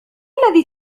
الذي